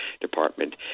Department